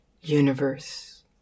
universe